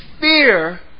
fear